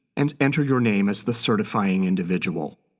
and enter your name as the certifying individual.